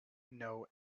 know